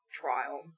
trial